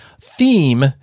theme